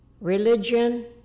religion